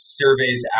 surveys